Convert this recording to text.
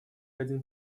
один